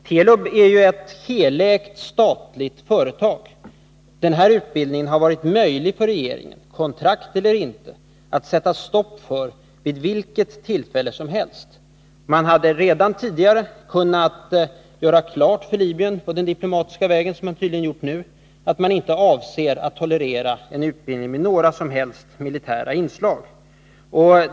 Telub är ju ett helägt statligt företag. Det har varit möjligt för regeringen — kontrakt eller inte — att vid vilket tillfälle som helst sätta stopp för utbildningen. Man hade redan tidigare kunnat göra klart för Libyen på den diplomatiska vägen — vilket man tydligen har gjort nu — att man inte avser att tolerera en utbildning med några som helst militära inslag.